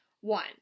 one